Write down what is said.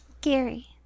Gary